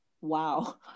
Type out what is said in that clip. Wow